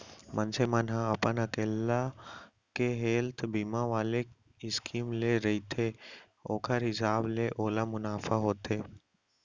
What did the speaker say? मनसे मन ह अपन अकेल्ला के हेल्थ बीमा वाले स्कीम ले रहिथे ओखर हिसाब ले ओला मुनाफा होथे